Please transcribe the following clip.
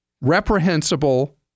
reprehensible